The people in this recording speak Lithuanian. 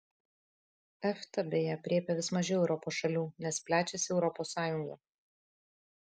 efta beje aprėpia vis mažiau europos šalių nes plečiasi europos sąjunga